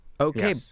Okay